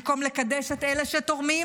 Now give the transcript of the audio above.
במקום לקדש את אלה שתורמים,